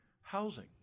housing